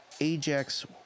Ajax